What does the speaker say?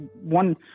one